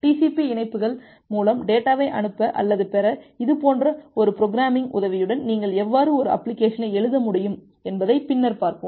TCP இணைப்புகள் மூலம் டேட்டாவை அனுப்ப அல்லது பெற இது போன்ற ஒரு புரோகிராமிங் உதவியுடன் நீங்கள் எவ்வாறு ஒரு அப்ளிகேஷனை எழுத முடியும் என்பதை பின்னர் பார்ப்போம்